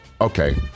Okay